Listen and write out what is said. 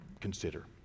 consider